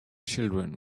children